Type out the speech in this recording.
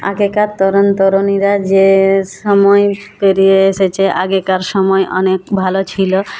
আগেকার তরুণ তরুণীরা যেসময় পেরিয়ে এসেছে আগেকার সময় অনেকভালো ছিলো